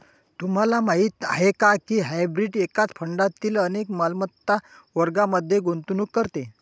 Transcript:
तुम्हाला माहीत आहे का की हायब्रीड एकाच फंडातील अनेक मालमत्ता वर्गांमध्ये गुंतवणूक करते?